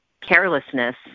carelessness